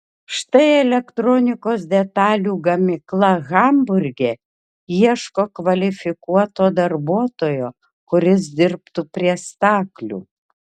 štai elektronikos detalių gamykla hamburge ieško kvalifikuoto darbuotojo kuris dirbtų prie staklių